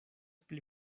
pli